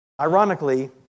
Ironically